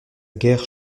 guerre